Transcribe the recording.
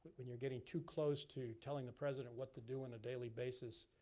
when you're getting too close to telling the president what to do on a daily basis,